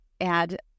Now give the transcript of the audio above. add